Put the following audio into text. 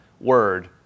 word